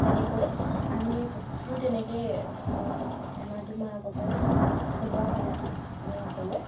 তেনেকৈ আমি প্ৰস্তুতিও তেনেকেই এমাহ দুমাহ আগৰ পৰাই চ চলোৱা হয় আমি সকলোৱে